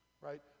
right